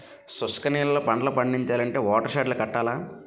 శుష్క నేలల్లో పంటలు పండించాలంటే వాటర్ షెడ్ లు కట్టాల